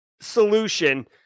solution